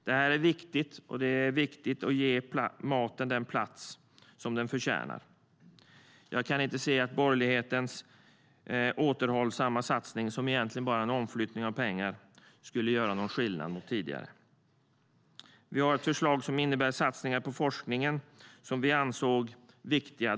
Det är viktigt för att ge maten den plats som den förtjänar. Jag kan inte se att borgerlighetens återhållsamma satsning, som egentligen bara är en omflyttning av pengar, skulle göra någon skillnad mot tidigare. Vi har ett förslag som innebär satsningar på forskningen som vi anser är viktiga.